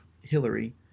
Hillary